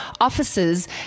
Officers